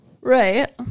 Right